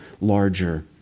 larger